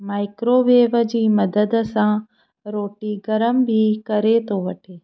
microwave जी मदद सां रोटी गरम बि करे थो वठे